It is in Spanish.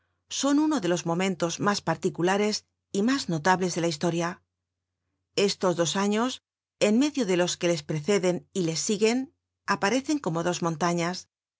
son uno de los momentos mas particulares y mas notables de la historia estos dos años en medio de los que les preceden y les siguen aparecen como dos montañas